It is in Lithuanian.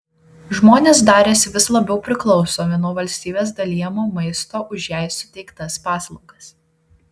žmonės darėsi vis labiau priklausomi nuo valstybės dalijamo maisto už jai suteiktas paslaugas